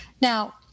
Now